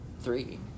three